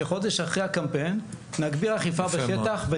שחודש אחרי הקמפיין נגביר אכיפה בשטח,